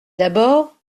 d’abord